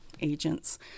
agents